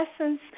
essence